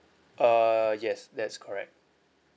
uh yes that is correct